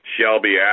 Shelby